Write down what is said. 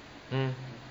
mm